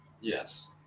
Yes